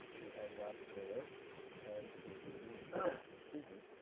you end up with ten to the excuse me.